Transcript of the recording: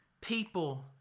people